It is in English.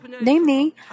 Namely